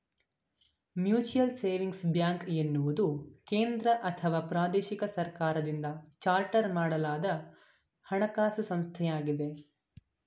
mutual savings bank ಎನ್ನುವುದು ಕೇಂದ್ರಅಥವಾ ಪ್ರಾದೇಶಿಕ ಸರ್ಕಾರದಿಂದ ಚಾರ್ಟರ್ ಮಾಡಲಾದ ಹಣಕಾಸು ಸಂಸ್ಥೆಯಾಗಿದೆ